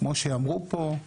כמו שאמרו פה,